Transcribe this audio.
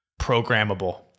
programmable